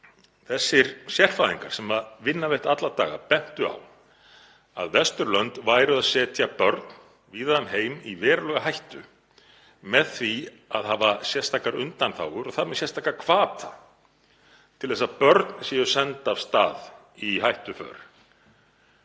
Þessir sérfræðingar sem vinna við þetta alla daga bentu á að Vesturlönd væru að setja börn víða um heim í verulega hættu með því að hafa sérstakar undanþágur og þar með sérstaka hvata til þess að börn séu send af stað í hættuför,